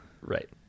Right